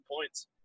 points